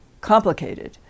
complicated